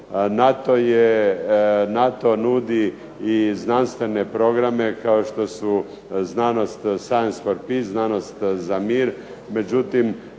NATO nudi i znanstvene programe kao što su znanost, Science for piece - znanost za mir,